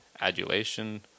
adulation